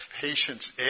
patients